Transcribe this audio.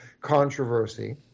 controversy